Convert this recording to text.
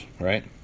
right